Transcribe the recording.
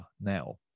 now